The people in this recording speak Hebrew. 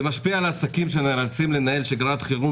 זה משפיע על העסקים שנאלצים לנהל שגרת חירום